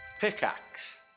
Pickaxe